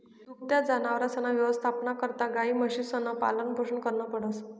दुभत्या जनावरसना यवस्थापना करता गायी, म्हशीसनं पालनपोषण करनं पडस